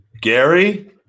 Gary